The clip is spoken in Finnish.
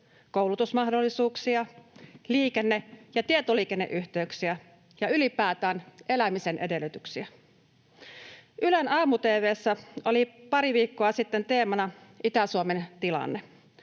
koulutusmahdollisuuksia, liikenne- ja tietoliikenneyhteyksiä ja ylipäätään elämisen edellytyksiä. Ylen aamu-tv:ssä oli pari viikkoa sitten teemana Itä-Suomen tilanne.